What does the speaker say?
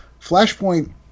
Flashpoint